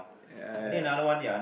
ya ya ya